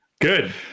Good